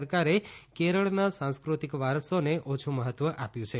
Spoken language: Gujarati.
સરકારે કેરળના સાંસ્કૃતિક વારસોને ઓછું મહત્વ આપ્યું છે